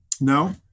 No